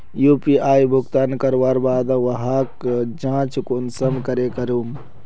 UPI भुगतान करवार बाद वहार जाँच कुंसम करे करूम?